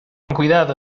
cuidado